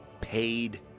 Paid